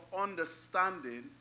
understanding